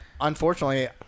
unfortunately